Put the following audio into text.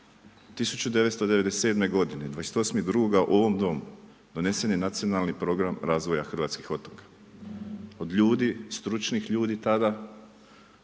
1997. godine, 28.2. …/Govornik se ne razumije./… donesen je nacionalni program razvoja hrvatskih otoka. Od ljudi, stručnih ljudi tada